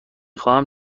خواهم